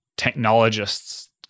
technologists